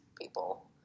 people